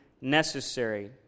necessary